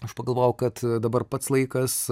aš pagalvojau kad dabar pats laikas